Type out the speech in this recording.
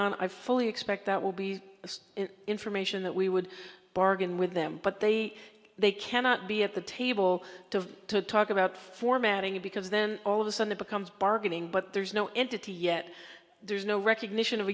on i fully expect that will be the information that we would bargain with them but they they cannot be at the table to talk about formatting because then all of a sudden it becomes bargaining but there's no entity yet there's no recognition of